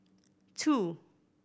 two